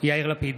יאיר לפיד,